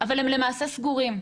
אבל הם למעשה סגורים.